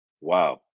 Wow